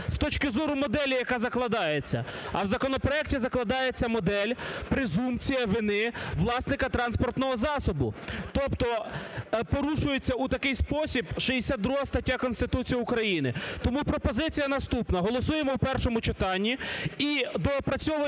з точки зору моделі, яка закладається. А в законопроекті закладається модель "презумпція вини власника транспортного засобу". Тобто порушується у такий спосіб 62 стаття Конституції України. Тому пропозиція наступна. Голосуємо у першому читанні і доопрацьовуємо